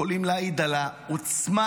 שיכולים להעיד על העוצמה